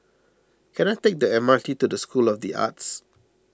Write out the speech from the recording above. can I take the M R T to School of the Arts